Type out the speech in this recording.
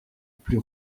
plus